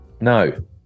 No